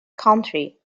country